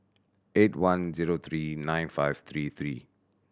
eight one zero three nine five three three